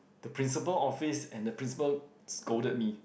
the principal office and the principal scolded me